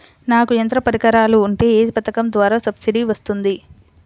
నాకు యంత్ర పరికరాలు ఉంటే ఏ పథకం ద్వారా సబ్సిడీ వస్తుంది?